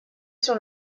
sur